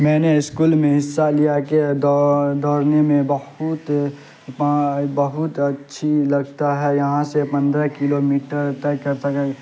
میں نے اسکول میں حصہ لیا کہ دوڑ دوڑنے میں بہت بہت اچھی لگتا ہے یہاں سے پندرہ کلو میٹر تک کا ہے